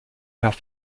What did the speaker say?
faire